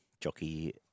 jockey